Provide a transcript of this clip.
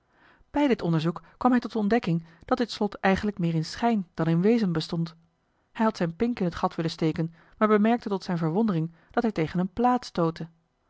bij dit onderzoek kwam hij tot de ontdekking dat dit slot eigenlijk meer in schijn dan in wezen bestond hij had zijn pink in het gat willen steken maar bemerkte tot zijn verwondering dat hij tegen een plaat stootte